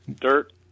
dirt